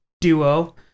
duo